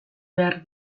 behar